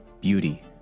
beauty